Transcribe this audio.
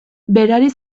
berari